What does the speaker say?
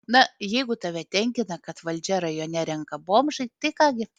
na jeigu tave tenkina kad valdžią rajone renka bomžai tai ką gi